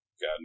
got